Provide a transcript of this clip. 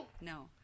no